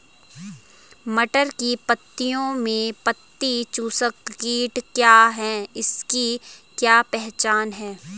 मटर की पत्तियों में पत्ती चूसक कीट क्या है इसकी क्या पहचान है?